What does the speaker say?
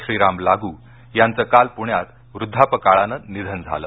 श्रीराम लागू यांचं काल पूण्यात वृद्धापकाळाने निधन झालं